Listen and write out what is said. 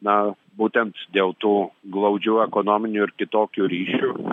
na būtent dėl tų glaudžių ekonominių ir kitokių ryšių